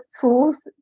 tools